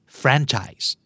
franchise